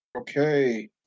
Okay